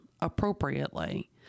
appropriately